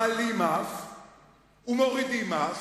מעלים מס ומורידים מס.